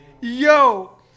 Yo